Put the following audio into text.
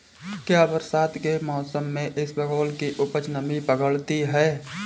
क्या बरसात के मौसम में इसबगोल की उपज नमी पकड़ती है?